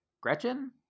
Gretchen